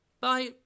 Bye